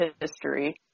history